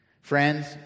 Friends